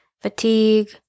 fatigue